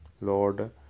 Lord